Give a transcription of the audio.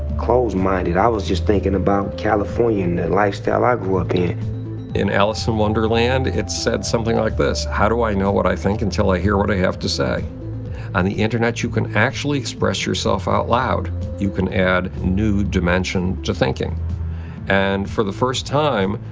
close-minded i was just thinking about california and the lifestyle i grew up in. in alice in wonderland, it said something like this how do i know what i think until i hear what i have to say on the internet you can actually express yourself out loud you can add a new dimension to thinking and for the first time,